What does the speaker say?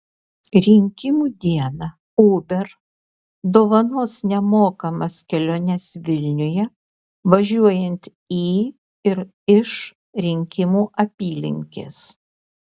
rinkimų dieną uber dovanos nemokamas keliones vilniuje važiuojant į ir iš rinkimų apylinkės